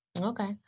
Okay